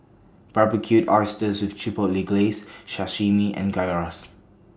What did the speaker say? Barbecued Oysters with Chipotle Glaze Sashimi and Gyros